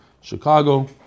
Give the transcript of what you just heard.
Chicago